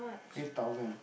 eight thousand